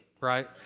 right